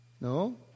No